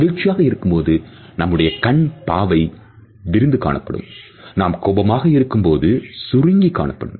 மகிழ்ச்சியாக இருக்கும்போது நம்முடைய கண் பாவை விரிந்து காணப்படும் நாம் கோபமாக இருக்கும்போது சுருங்கிக் காணப்படும்